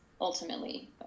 ultimately